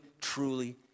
truly